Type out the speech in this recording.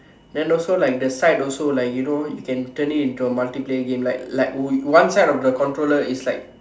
then also like the side also like you know can turn it into a multiplayer gamer like like one side side of the controller is like